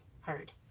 heard